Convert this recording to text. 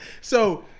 So-